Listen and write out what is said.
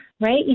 right